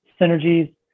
Synergies